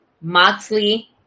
Moxley